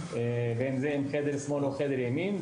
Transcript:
בין אם זה חדר שמאל או חדר ימין,